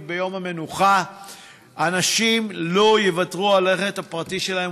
ביום המנוחה אנשים לא יוותרו על הרכב הפרטי שלהם,